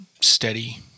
steady